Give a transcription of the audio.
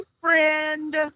friend